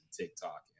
TikTok